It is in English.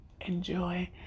Enjoy